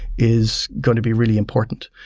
is going to be really important.